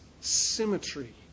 symmetry